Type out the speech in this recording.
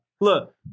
Look